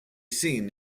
seen